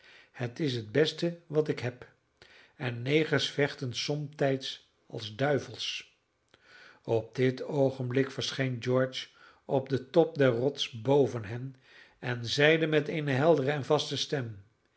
het is het beste wat ik heb en negers vechten somtijds als duivels op dit oogenblik verscheen george op den top der rots boven hen en zeide met eene heldere en vaste stem